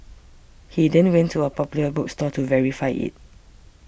he then went to a Popular bookstore to verify it